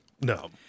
No